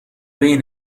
بین